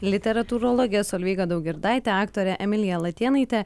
literatūrologe solveiga daugirdaite aktore emilija latėnaite